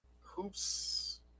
Hoops